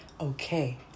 okay